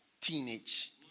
teenage